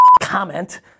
comment